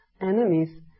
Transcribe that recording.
enemies